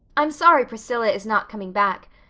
i'm sorry priscilla is not coming back,